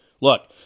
Look